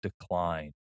decline